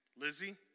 Lizzie